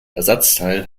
ersatzteil